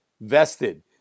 vested